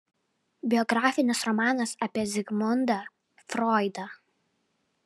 biografinis romanas apie zigmundą froidą